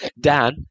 Dan